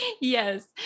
Yes